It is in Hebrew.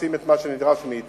עושים את מה שנדרש מאתנו.